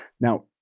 Now